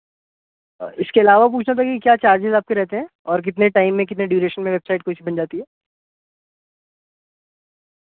اور اس کے علاوہ پوچھنا تھا کہ کیا چارجیز آپ کے رہتے ہیں اور کتنے ٹائم میں کتنے ڈیوریشن میں ویب سائٹ کو سی بن جاتی ہے